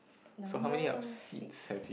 number seeds